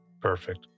perfect